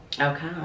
Okay